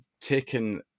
taken